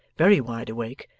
very wide awake,